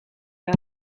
wel